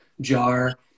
jar